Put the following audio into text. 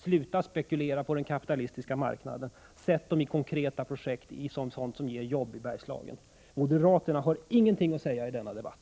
Sluta spekulera på den kapitalistiska marknaden. Sätt in dem i konkreta projekt som ger jobb i Bergslagen. Moderaterna har ingenting att säga i denna debatt!